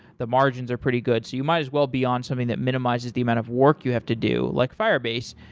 the margins are pretty good, so you might as well be on something that minimizes the amount of work you have to do like firebase.